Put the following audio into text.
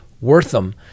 Wortham